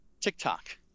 TikTok